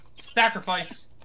sacrifice